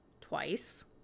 Twice